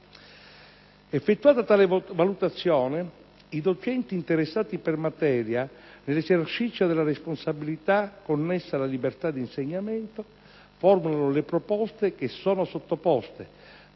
Effettuata tale valutazione, i docenti interessati per materia, nell'esercizio della responsabilità connessa alla libertà di insegnamento, formulano le proposte che sono sottoposte,